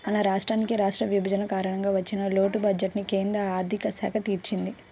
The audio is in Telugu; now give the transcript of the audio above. మన రాష్ట్రానికి రాష్ట్ర విభజన కారణంగా వచ్చిన లోటు బడ్జెట్టుని కేంద్ర ఆర్ధిక శాఖ తీర్చింది